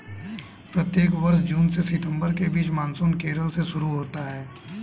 प्रत्येक वर्ष जून से सितंबर के बीच मानसून केरल से शुरू होता है